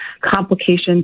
complications